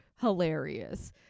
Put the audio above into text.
hilarious